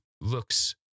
looks